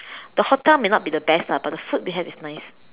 the hotel may not be the best lah but the food we have is nice